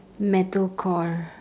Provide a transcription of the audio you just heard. metalcore